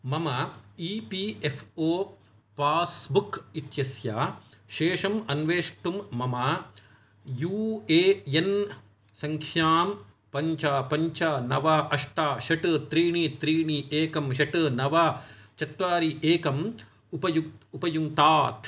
मम E P F O passbook इत्यस्य शेषम् अन्वेष्टुं मम यू ए एन् सङ्ख्यां पञ्च पञ्च नव अष्ट षट् त्रीणि त्रीणि एकम् षट् नव चत्वारि एकम् उपयुङ्क्तात्